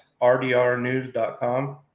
rdrnews.com